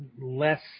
less